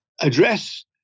address